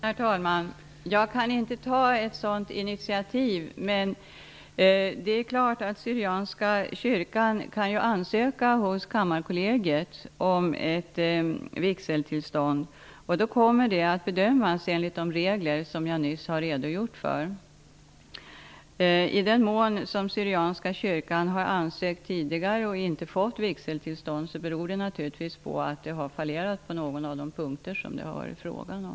Herr talman! Jag kan inte ta ett sådant initiativ. Men det är klart att syrianska kyrkan kan ansöka hos Kammarkollegiet om ett vigseltillstånd. Då kommer ansökan att bedömas enligt de regler jag nyss redogjorde för. I den mån som syrianska kyrkan har ansökt tidigare och inte har fått vigseltillstånd, beror det naturligtvis på att det har fallerat på någon av de punkter som det har varit fråga om.